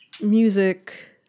music